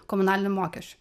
komunalinių mokesčių